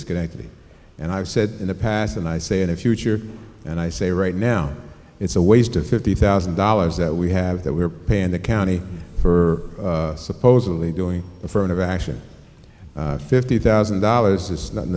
think and i've said in the past and i say in the future and i say right now it's a waste of fifty thousand dollars that we have that we're paying the county for supposedly doing affirmative action fifty thousand dollars it's not in